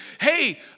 Hey